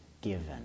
given